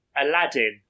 Aladdin